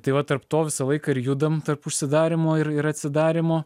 tai va tarp to visą laiką ir judam tarp užsidarymo ir ir atsidarymo